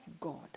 God